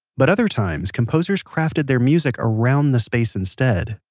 but other times, composers crafted their music around the space instead.